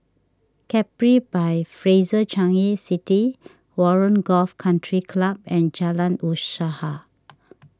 Capri by Fraser Changi City Warren Golf Country Club and Jalan Usaha